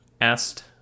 asked